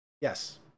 Yes